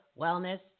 wellness